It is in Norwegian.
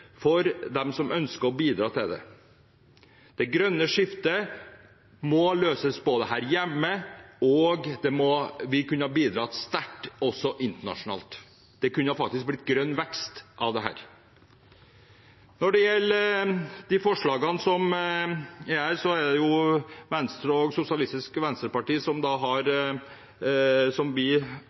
for dem som ønsker å bidra til det. Det grønne skiftet må løses her hjemme, og vi kunne bidratt sterkt også internasjonalt. Det kunne faktisk blitt grønn vekst av dette. Når det gjelder forslagene, har Venstre og Sosialistisk Venstreparti egne forslag, men subsidiært kommer vi nok til å støtte forslagene nr. 1–4. De løse forslagene er – som